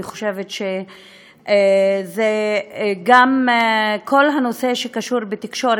אני חושבת שגם כל הנושא שקשור בתקשורת,